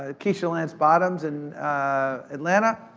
ah keisha lance bottoms in atlanta,